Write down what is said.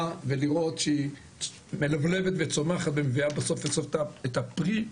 ולראות שהיא מלבלבת וצומחת ומביאה בסוף את הפרי,